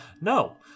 No